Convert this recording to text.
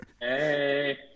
Hey